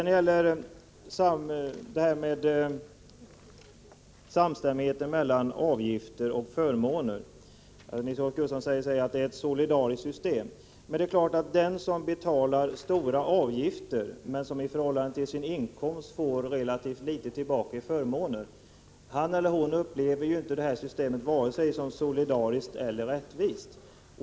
När det gäller samstämmigheten mellan avgifter och förmåner säger Nils-Olof Gustafsson att det är ett solidariskt system. Men det är klart att den som betalar höga avgifter men i förhållande till sin inkomst får relativt litet tillbaka i förmåner inte upplever det systemet som vare sig solidariskt eller rättvist.